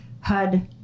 HUD